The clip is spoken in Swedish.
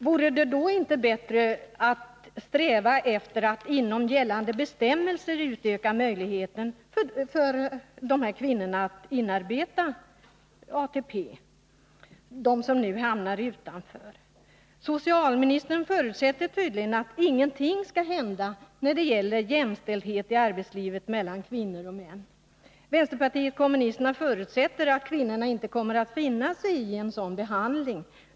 Vore det då inte bättre att sträva efter att inom gällande bestämmelser utöka möjligheten för de kvinnor som nu hamnar utanför ATP-systemet att arbeta in ATP-poäng? Socialministern förutsätter tydligen att ingenting skall hända när det gäller jämställdhet i arbetslivet mellan kvinnor och män. Vpk förutsätter att kvinnorna inte kommer att finna sigi en sådan behandling.